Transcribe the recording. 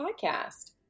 podcast